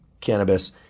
cannabis